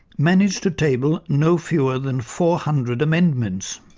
managed to table no fewer than four hundred amendments.